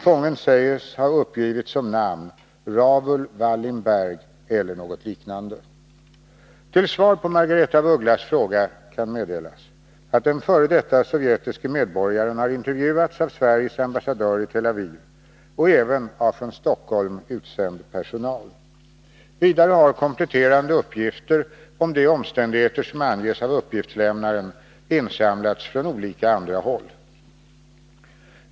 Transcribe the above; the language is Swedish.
Fången sägs ha uppgivit som namn Ravul Valimberg eller något liknande. Till svar på Margaretha af Ugglas fråga kan meddelas att den f.d. sovjetiske medborgaren har intervjuats av Sveriges ambassadör i Tel Aviv och även av från Stockholm utsänd personal. Vidare har kompletterande uppgifter om de omständigheter som anges av uppgiftslämnaren insamlats från olika andra håll.